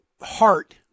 heart